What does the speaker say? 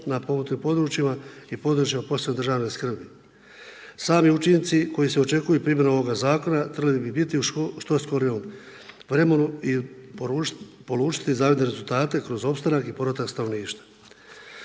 na potpomognutim područjima i područjima posebne državne skrbi. Sami učinci koji se očekuju primjenom ovoga Zakona trebali bi biti u što skorijem vremenu i polučiti zavidan rezultate kroz opstanak i povratak stanovništva.